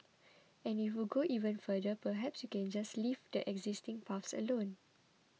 and if you go even further perhaps you can just leave the existing paths alone